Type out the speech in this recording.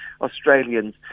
Australians